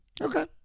Okay